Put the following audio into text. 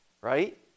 right